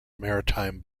maritime